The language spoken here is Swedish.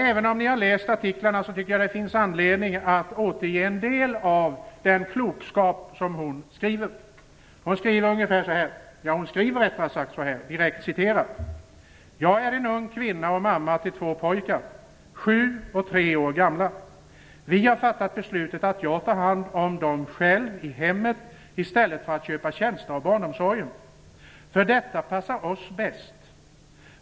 Även om ni har läst hennes artiklar finns det anledning att återge en del av hennes klokskap. Hon skriver: "Jag är ung, kvinna och mamma till två pojkar 7 och 3 år gamla. Vi har fattat beslutet att jag tar hand om dem själv i hemmet i stället för att köpa tjänster av barnomsorgen, för detta passar oss bäst.